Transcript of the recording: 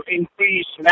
increase